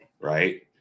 right